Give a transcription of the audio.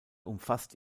umfasst